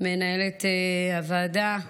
מנהלת הוועדה דלית,